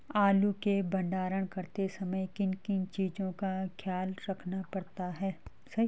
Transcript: आलू के भंडारण करते समय किन किन चीज़ों का ख्याल रखना पड़ता है?